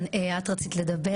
כן, את רצית לדבר.